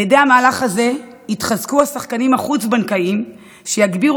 על ידי המהלך הזה יתחזקו השחקנים החוץ-בנקאיים שיגדילו